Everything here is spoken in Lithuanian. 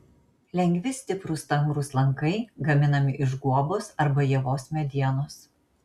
lengvi stiprūs stangrūs lankai gaminami iš guobos arba ievos medienos